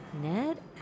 Ned